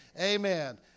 Amen